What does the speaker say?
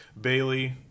Bailey